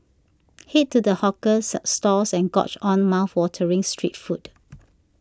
head to the hawker stalls and gorge on mouthwatering street food